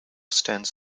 stands